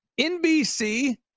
NBC